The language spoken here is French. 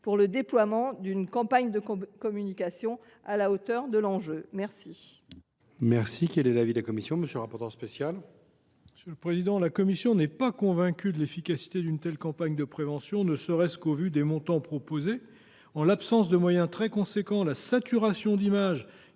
pour le déploiement d’une campagne de communication à la hauteur des enjeux.